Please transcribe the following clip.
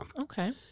Okay